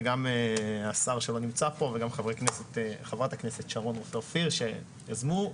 וגם השר וחברת הכנסת שרון רופא-אופיר שיזמו.